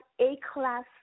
A-class